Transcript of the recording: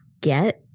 get